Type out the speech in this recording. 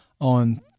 on